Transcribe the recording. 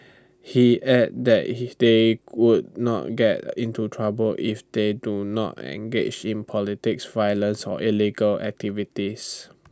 he added he they would not get into trouble if they do not engage in politics violence or illegal activities